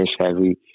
heavy